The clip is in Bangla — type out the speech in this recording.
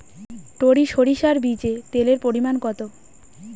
টরি সরিষার বীজে তেলের পরিমাণ কত?